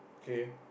okay